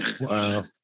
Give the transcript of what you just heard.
Wow